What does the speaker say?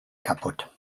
kaputt